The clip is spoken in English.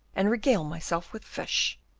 and regale myself with fish.